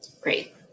Great